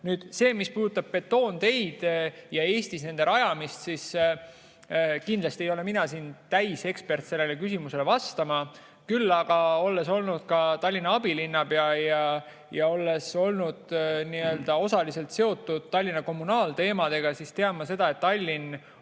Nüüd sellest, mis puudutab betoonteid ja Eestis nende rajamist. Kindlasti ei ole mina ekspert sellele küsimusele vastama. Küll aga, olles olnud ka Tallinna abilinnapea ja olles olnud osaliselt seotud Tallinna kommunaalteemadega, tean ma seda, et Tallinn